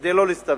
כדי לא להסתבך.